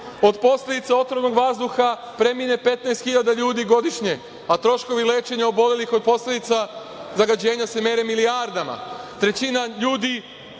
posledice otrovnog vazduha premine 15.000 ljudi godišnje, a troškovi lečenja obolelih od posledica zagađenja se mere milijardama. Trećina ljudi